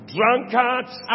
Drunkards